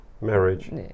marriage